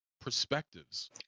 perspectives